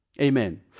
Amen